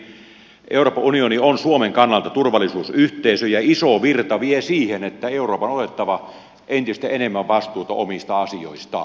ensinnäkin euroopan unioni on suomen kannalta turvallisuusyhteisö ja iso virta vie siihen että euroopan on otettava entistä enemmän vastuuta omista asioistaan